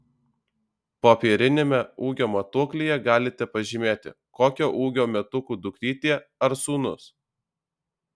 popieriniame ūgio matuoklyje galite pažymėti kokio ūgio metukų dukrytė ar sūnus